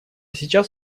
сейчас